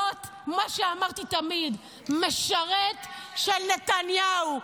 להיות מה שאמרתי, משרת של נתניהו.